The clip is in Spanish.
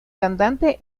cantante